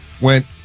went